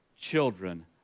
children